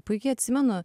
puikiai atsimenu